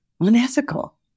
unethical